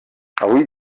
avui